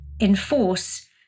enforce